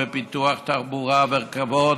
ופיתוח תחבורה ורכבות,